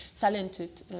talented